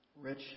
Rich